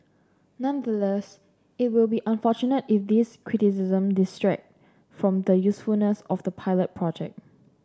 nonetheless it will be unfortunate if these criticism detract from the usefulness of the pilot project